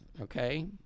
okay